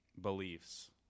beliefs